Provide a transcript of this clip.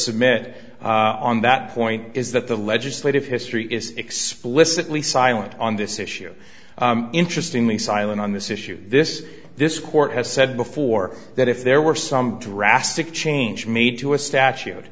submit on that point is that the legislative history is explicitly silent on this issue interesting the silent on this issue this this court has said before that if there were some drastic changes made to a